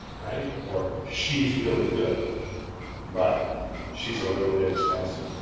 right? or she's really good but she's a little bit expensive.